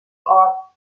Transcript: oder